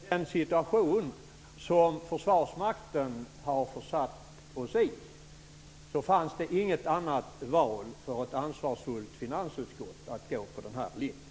Fru talman! I den situation som Försvarsmakten har försatt oss i fanns det inget annat val för ett ansvarsfullt finansutskott än att gå på den här linjen.